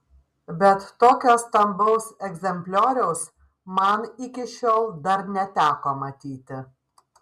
bet tokio stambaus egzemplioriaus man iki šiol dar neteko matyti